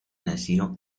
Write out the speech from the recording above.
nació